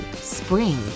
Spring